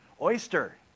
Oyster